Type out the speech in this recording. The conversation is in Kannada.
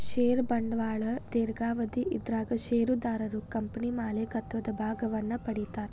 ಷೇರ ಬಂಡವಾಳ ದೇರ್ಘಾವಧಿ ಇದರಾಗ ಷೇರುದಾರರು ಕಂಪನಿ ಮಾಲೇಕತ್ವದ ಭಾಗವನ್ನ ಪಡಿತಾರಾ